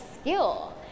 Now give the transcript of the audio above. skill